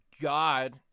God